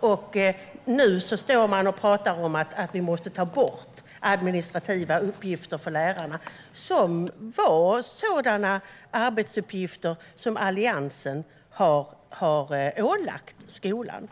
Och nu står man och pratar om att vi måste ta bort administrativa uppgifter för lärarna. Det är sådana arbetsuppgifter som Alliansen har ålagt skolan.